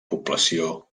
població